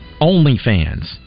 OnlyFans